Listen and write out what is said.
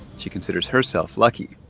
she considers herself lucky.